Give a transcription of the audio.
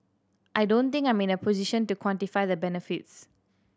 I don't think I'm in a position to quantify the benefits